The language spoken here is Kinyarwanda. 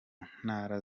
ntara